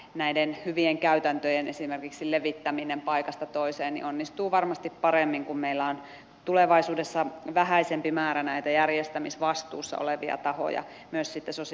esimerkiksi hyvien käytäntöjen levittäminen paikasta toiseen onnistuu varmasti paremmin kun meillä on tulevaisuudessa vähäisempi määrä järjestämisvastuussa olevia tahoja myös sosiaali ja terveydenhuollon puolella